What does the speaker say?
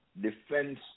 defense